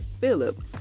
Philip